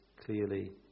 clearly